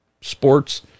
sports